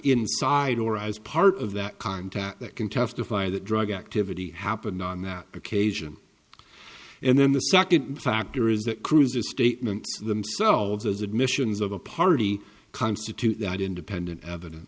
inside or as part of that contact that can testify that drug activity happened on that occasion and then the second factor is that cruise's statement themselves as admissions of a party constitute that independent evidence